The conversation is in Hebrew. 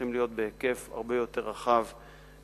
שצריכים להיות בהיקף הרבה יותר רחב בכלל,